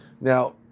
Now